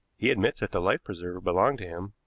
he admits that the life-preserver belonged to him.